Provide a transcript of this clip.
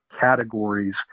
categories